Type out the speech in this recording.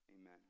amen